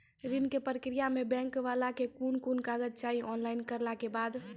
ऋण के प्रक्रिया मे बैंक वाला के कुन कुन कागज चाही, ऑनलाइन करला के बाद?